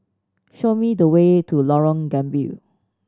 show me the way to Lorong Gambir